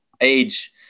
age